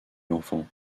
l’enfant